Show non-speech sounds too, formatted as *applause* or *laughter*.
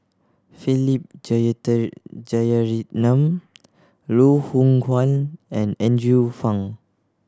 Philip *unintelligible* Jeyaretnam Loh Hoong Kwan and Andrew Phang